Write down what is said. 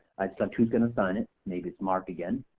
i'd select who's going to sign it, maybe it's mark again.